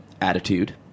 attitude